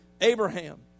Abraham